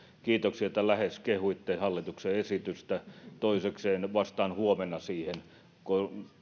kiitoksia että lähes kehuitte hallituksen esitystä toisekseen vastaan siihen huomenna kun